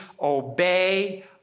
obey